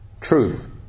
truth